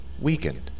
weakened